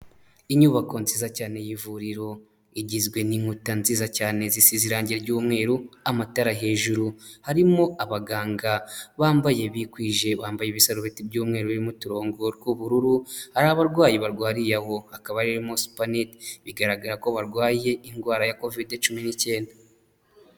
Inyubako nziza cyane y'ivuriro igizwe n'inkuta nziza cyane zisize irange ry'umweru amatara hejuru, harimo abaganga bambaye bikwije bambaye ibisarubeti by'umweru birimo uturongo tw'ubururu hari abarwayi barwariye aho, hakaba arimo supaneti bigaragara ko barwaye indwara ya covide cumi n'icyenda.